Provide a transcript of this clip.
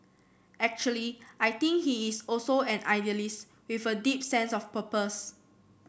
actually I think he is also an idealist with a deep sense of purpose